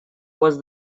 was